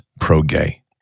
pro-gay